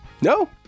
No